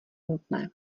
nutné